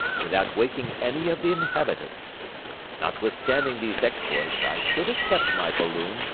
without waking any of the inhabitants notwithstanding these exploits, i should have kept my balloon,